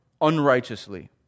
unrighteously